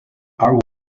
are